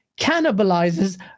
cannibalizes